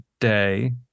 day